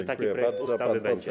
że taki projekt ustawy będzie.